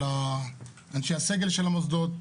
של אנשי הסגל של המוסדות,